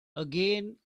again